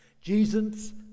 Jesus